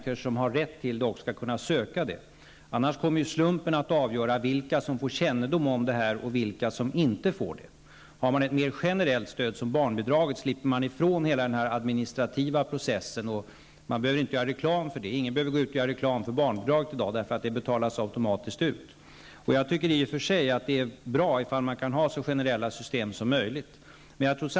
Herr talman! När man har ett selektivt stöd, ett stöd riktat till personer med dåliga inkomster eller låga inkomster och höga kostnader, som i detta fall, måste man gå ut och informera om stödet för att de människor som har rätt till det också skall kunna söka det. Annars kommer slumpen att avgöra vilka som får kännedom om stödet och vilka som inte får det. Med ett mer generellt stöd, som barnbidraget, slipper man ifrån hela den administrativa processen. Man behöver inte göra reklam för det. Ingen behöver i dag gå ut och göra reklam för barnbidraget, därför att det betalas ut automatiskt. Jag tycker i och för sig att det är bra om man kan ha så generella system som möjligt.